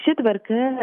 ši tvarka